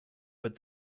but